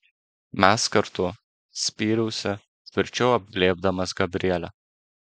mes kartu spyriausi tvirčiau apglėbdamas gabrielę